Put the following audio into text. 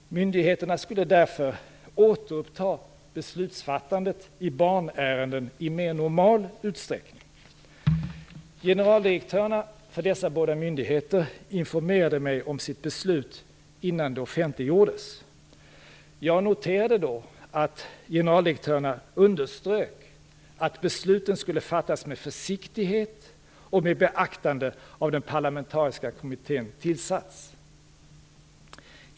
Myndigheterna skulle därför återuppta beslutsfattandet i barnärenden i mer normal utsträckning. Generaldirektörerna för dessa båda myndigheter informerade mig om sitt beslut innan det offentliggjordes. Jag noterade då att generaldirektörerna underströk att besluten skulle fattas med försiktighet och med beaktande av att den parlamentariska kommittén tillsatts.